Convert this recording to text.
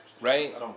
Right